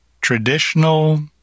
traditional